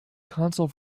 console